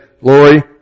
Lori